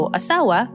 asawa